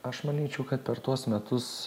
aš manyčiau kad per tuos metus